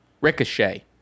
Ricochet